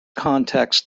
context